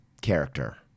character